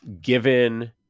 given